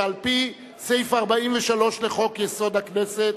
שעל-פי סעיף 43 לחוק-יסוד: הכנסת,